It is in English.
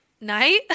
night